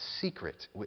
secret